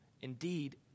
Indeed